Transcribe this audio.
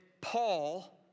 Paul